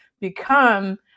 become